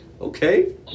okay